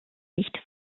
nicht